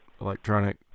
electronic